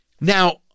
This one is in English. Now